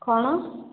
କ'ଣ